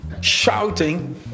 shouting